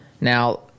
Now